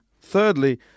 Thirdly